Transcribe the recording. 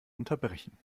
unterbrechen